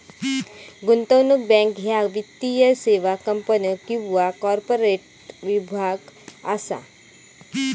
गुंतवणूक बँक ह्या वित्तीय सेवा कंपन्यो किंवा कॉर्पोरेट विभाग असा